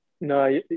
No